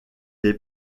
est